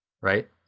Right